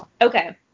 Okay